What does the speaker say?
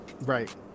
Right